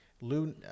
Lou